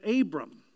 Abram